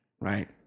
Right